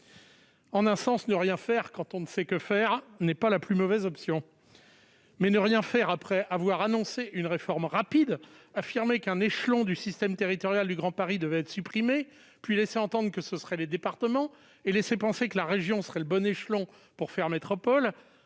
En un sens, ne rien faire quand on ne sait que faire n'est pas la plus mauvaise option. En revanche, ne rien faire après avoir annoncé une réforme rapide et affirmer qu'un échelon du système territorial du Grand Paris devait disparaître, puis laisser entendre que cet échelon serait le département, et laisser penser que la région serait le bon échelon pour faire fonctionner